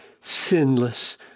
sinless